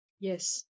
Yes